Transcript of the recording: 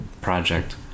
project